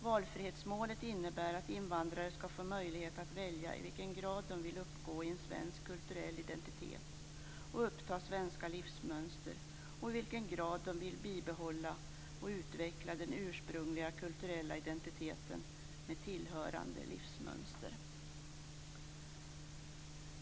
Valfrihetsmålet innebär att invandrare skall få möjlighet att välja i vilken grad de vill uppgå i en svensk kulturell identitet och uppta svenska livsmönster och i vilken grad de vill bibehålla och utveckla den ursprungliga kulturella identiteten med tillhörande livsmönster.